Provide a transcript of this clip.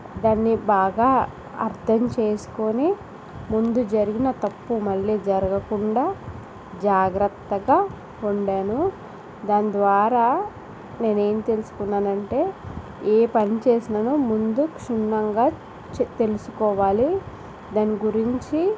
దాన్ని బాగా అర్థం చేసుకొని ముందు జరిగిన తప్పు మళ్ళీ జరగకుండా జాగ్రత్తగా వండాను దాని ద్వారా నేనేం తెలుసుకున్నానంటే ఏ పని చేసినా ముందు క్షుణ్ణంగా చె తెలుసుకోవాలి దాని గురించి